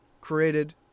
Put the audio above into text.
created